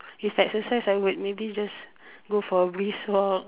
if exercise I would maybe just go for a brisk walk or